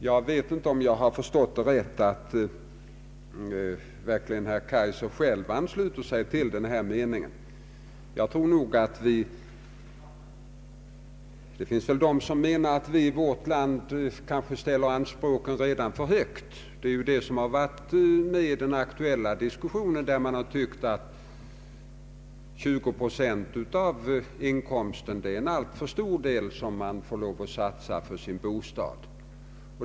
Jag vet inte om jag förstått rätt då jag fått den uppfattningen att herr Kaijser själv ansluter sig till denna mening. Det finns dock många som menar att vi i vårt land har alltför höga hyror. Dessa uppfattningar har kommit till uttryck i den aktuella diskussionen, där man hävdat att 20 procent av inkomsten är en alltför stor del att satsa på sin bostad.